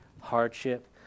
hardship